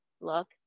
look